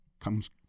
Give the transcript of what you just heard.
comes